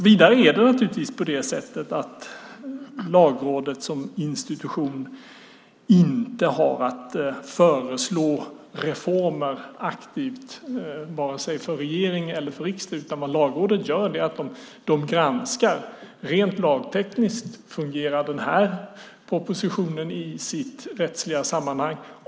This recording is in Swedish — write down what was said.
Vidare har inte Lagrådet som institution att föreslå reformer aktivt vare sig för regering eller för riksdag. Vad Lagrådet gör är att granska rent lagtekniskt: Fungerar den här propositionen i sitt rättsliga sammanhang?